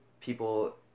People